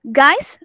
guys